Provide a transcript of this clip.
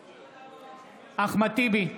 נגד אחמד טיבי,